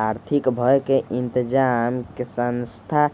आर्थिक भय के इतजाम से संस्था